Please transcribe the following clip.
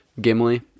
Gimli